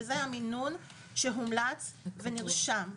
וזה המינון שהומלץ ונרשם.